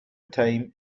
time